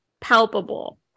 palpable